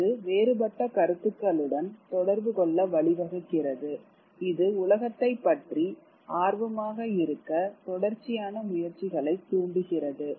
இது வேறுபட்ட கருத்துக்களுடன் தொடர்பு கொள்ள வழிவகுக்கிறது இது உலகத்தைப் பற்றி ஆர்வமாக இருக்க தொடர்ச்சியான முயற்சிகளைத் தூண்டுகிறது